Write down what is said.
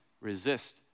Resist